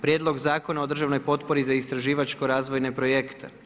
Prijedlog zakona o državnoj potpori za istraživačko razvojne projekte.